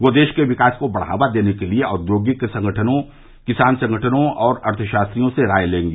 वह देश के विकास को बढ़ावा देने के लिए औद्योगिक संगठनों किसान संगठनों और अर्थशास्त्रियों से राय लेंगी